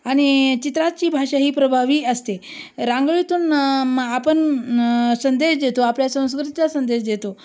आणि चित्राची भाषा ही प्रभावी असते रांगोळीतून मग आपण संदेश देतो आपल्या संस्कृतीचा संदेश देतो